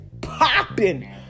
popping